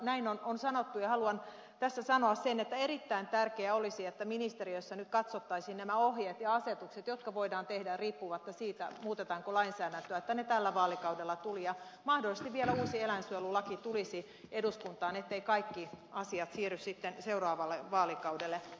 näin on sanottu ja haluan tässä sanoa sen että erittäin tärkeää olisi että ministeriössä nyt katsottaisiin nämä ohjeet ja asetukset jotka voidaan tehdä riippumatta siitä muutetaanko lainsäädäntöä että ne tällä vaalikaudella tulisivat ja mahdollisesti vielä uusi eläinsuojelulaki tulisi eduskuntaan etteivät kaikki asiat siirry sitten seuraavalle vaalikaudelle